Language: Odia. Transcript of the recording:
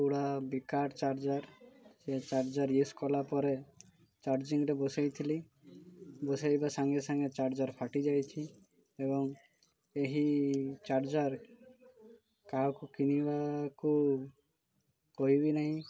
ପୁରା ବେକାର ଚାର୍ଜର ସେ ଚାର୍ଜର ୟୁଜ କଲା ପରେ ଚାର୍ଜିଂରେ ବସାଇଥିଲି ବସାଇବା ସାଙ୍ଗେ ସାଙ୍ଗେ ଚାର୍ଜର ଫାଟିଯାଇଛି ଏବଂ ଏହି ଚାର୍ଜର କାହାକୁ କିଣିବାକୁ କହିବି ନାହିଁ